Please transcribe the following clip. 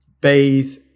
bathe